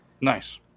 Nice